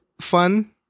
fun